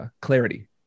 clarity